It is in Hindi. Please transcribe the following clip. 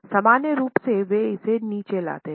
सामान्य रूप से वे इसे नीचे लाते हैं